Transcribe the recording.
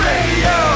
Radio